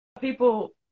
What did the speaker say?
people